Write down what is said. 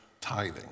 tithing